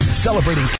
Celebrating